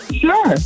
Sure